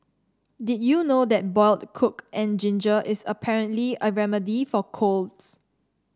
did you know that boiled coke and ginger is apparently a remedy for colds